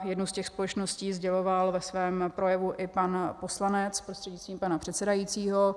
Jednu z těch společností sděloval ve svém projevu i pan poslanec prostřednictvím pana předsedajícího.